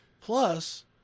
Plus